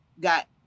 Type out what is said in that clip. got